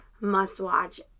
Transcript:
must-watch